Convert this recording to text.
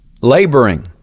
laboring